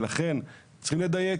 ולכן צריכים לדייק?